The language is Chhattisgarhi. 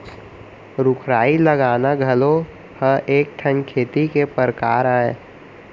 रूख राई लगाना घलौ ह एक ठन खेती के परकार अय